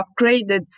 upgraded